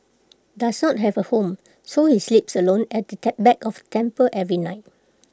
does not have A home so he sleeps alone at the back of the temple every night